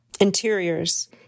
Interiors